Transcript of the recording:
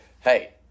hey